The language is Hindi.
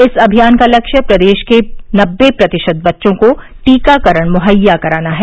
इस अभियान का लक्ष्य प्रदेश के नब्बे प्रतिशत बच्चों को टीकाकरण मुहैया कराना है